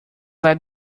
let